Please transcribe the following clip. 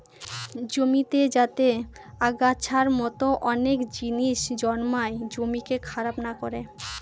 জমিতে যাতে আগাছার মতো অনেক জিনিস জন্মায় জমিকে খারাপ না করে